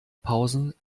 pausen